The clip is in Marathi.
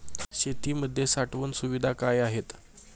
शेतीमध्ये साठवण सुविधा काय आहेत?